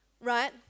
right